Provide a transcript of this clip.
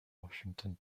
washington